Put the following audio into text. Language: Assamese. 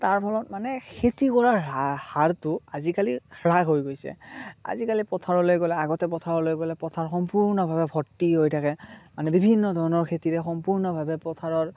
তাৰফলত মানে খেতি কৰাৰ হাৰ হাৰটো আজিকালি হ্ৰাস হৈ গৈছে আজিকালি পথাৰলৈ গ'লে আগতে পথাৰলৈ গ'লে পথাৰ সম্পূৰ্ণভাৱে ভৰ্তি হৈ থাকে মানে বিভিন্ন ধৰণৰ খেতিৰে সম্পূৰ্ণভাৱে পথাৰৰ